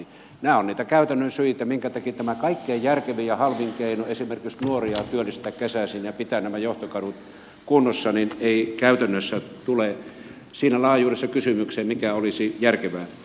nämä ovat niitä käytännön syitä minkä takia tämä kaikkein järkevin ja halvin keino esimerkiksi nuoria työllistää kesäisin ja pitää nämä johtokadut kunnossa ei käytännössä tule siinä laajuudessa kysymykseen mikä olisi järkevää